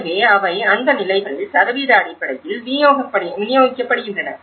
எனவே அவை அந்த நிலைகளில் சதவீத அடிப்படையில் விநியோகிக்கப்படுகின்றன